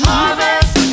Harvest